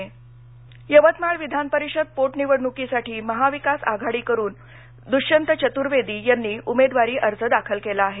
विधापरिषद पोटनिवडणूक यवतमाळ विधानपरिषद पोटनिवडणुकीसाठी महाविकास आघाडीकडून दुष्यंत चतुर्वेदी यांनी उमेदवारी अर्ज दाखल केला आहे